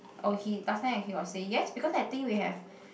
oh he last time he got say yes because I think we have